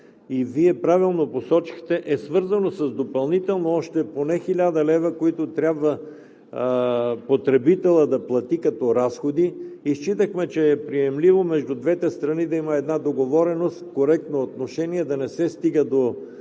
и Вие правилно посочихте, е свързано с допълнително още поне 1000 лв., които трябва потребителят да плати като разходи. Счетохме, че е приемливо между двете страни да има една договореност, коректно отношение и да не се стига до